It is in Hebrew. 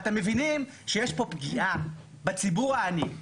אתם מבינים שיש פה פגיעה בציבור העני,